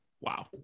Wow